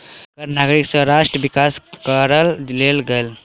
कर नागरिक सँ राष्ट्र विकास करअ लेल गेल